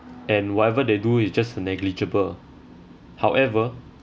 and whatever they do is just negligible however